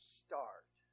start